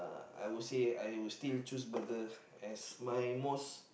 I will say I would still choose burger as my most